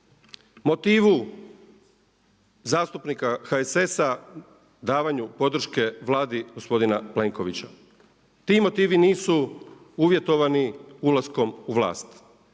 motivu zastupnika HSS-a, davanju podrške Vladi gospodina Plenkovića. Ti motivi nisu uvjetovani ulaskom u vlast,